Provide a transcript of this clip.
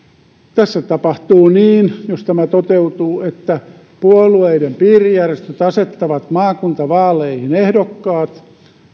tässä tapahtuu niin jos tämä toteutuu että puolueiden piirijärjestöt asettavat maakuntavaaleihin ehdokkaat